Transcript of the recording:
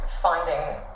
finding